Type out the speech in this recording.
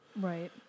Right